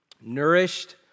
nourished